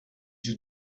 you